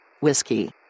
Whiskey